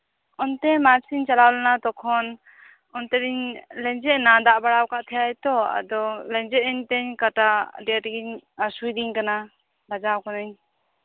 ᱚᱱᱛᱮ ᱢᱟᱴᱷ ᱥᱮᱜ ᱤᱧ ᱪᱟᱞᱟᱣ ᱞᱮᱱᱟ ᱛᱚᱠᱷᱚᱱ ᱚᱱᱛᱮ ᱨᱤᱧ ᱞᱮᱸᱡᱮᱫ ᱱᱟ ᱫᱟᱜ ᱵᱟᱲᱟ ᱠᱟᱜ ᱛᱟᱸᱦᱮᱱ ᱛᱚ ᱟᱫᱚ ᱞᱮᱸᱡᱮᱛ ᱮᱱ ᱛᱤᱧ ᱠᱟᱴᱟ ᱟᱹᱰᱤ ᱟᱸᱴᱜᱤᱧ ᱦᱟᱹᱥᱩᱭᱤᱧ ᱠᱟᱱᱟ ᱵᱟᱡᱟᱣ ᱠᱟᱱᱟᱧ